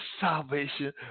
salvation